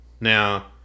Now